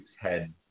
head